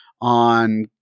on